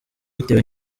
bitewe